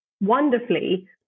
wonderfully